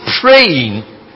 praying